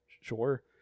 sure